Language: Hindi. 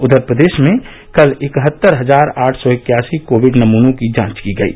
उधर प्रदेश में कल इकहत्तर हजार आठ सौ इक्यासी कोविड नमूनों की जांच की गयी